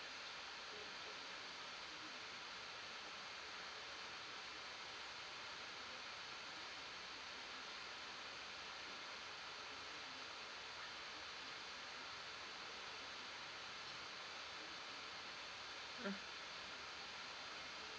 mm